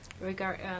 regard